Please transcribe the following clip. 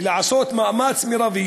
ולעשות מאמץ מרבי